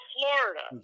Florida